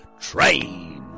train